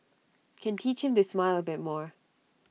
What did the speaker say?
can teach him to smile A bit more